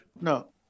No